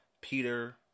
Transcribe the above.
Peter